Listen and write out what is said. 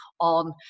on